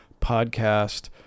podcast